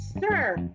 Sir